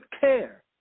care